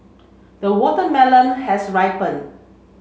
the watermelon has ripen